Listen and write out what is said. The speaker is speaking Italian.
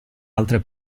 altre